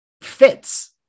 fits